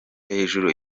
hejuru